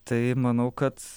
tai manau kad